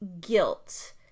guilt